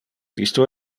isto